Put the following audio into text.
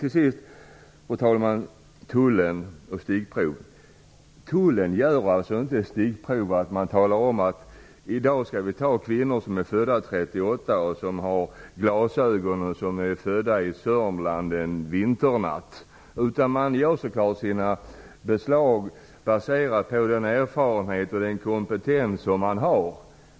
Tullen gör inte stickprov genom att en dag tala om att man skall ta kvinnor som har glasögon och är födda i Sörmland en vinternatt 1938. Man gör så klart sina beslag baserat på den erfarenhet och den kompetens man har.